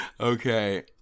Okay